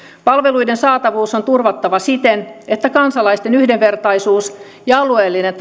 palveluiden saatavuus on turvattava siten että kansalaisten yhdenvertaisuus ja alueellinen